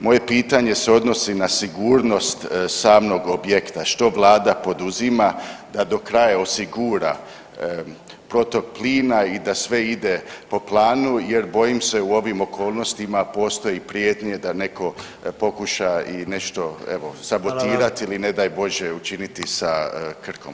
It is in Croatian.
Moje pitanje se odnosi na sigurnost samog objekta, što Vlada poduzima da do kraja osigura protok plina i da sve ide po planu jer bojim se u ovim okolnostima postoji prijetnje da neko pokuša i nešto evo sabotirati [[Upadica predsjednik: Hvala vam.]] ili ne daj Bože učiniti sa Krkom?